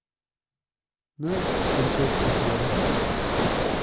نہ حظ صبُحس حظ چھُ اِنشاءاللہ گژھُن